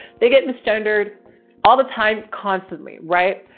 they get mis-gendered all the time constantly. right?